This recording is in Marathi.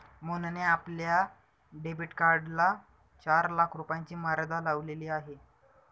मोहनने आपल्या डेबिट कार्डला चार लाख रुपयांची मर्यादा लावलेली आहे